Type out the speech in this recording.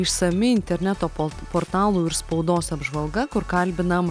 išsami interneto portalų ir spaudos apžvalga kur kalbinam